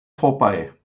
vorbei